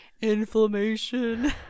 inflammation